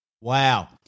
Wow